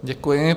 Děkuji.